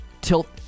tilt